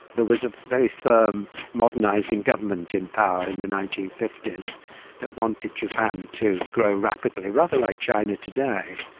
there was a very firm modernising government in power in the nineteen fifty s that wanted japan to grow rapidly, rather like china today.